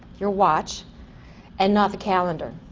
your watch and not the calendar,